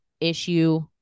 issue